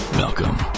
welcome